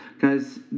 Guys